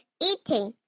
eating